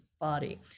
body